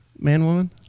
man-woman